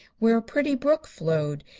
where a pretty brook flowed,